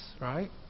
right